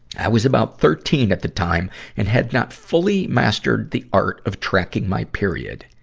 i was about thirteen at the time and had not fully mastered the art of tracking my period.